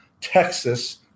Texas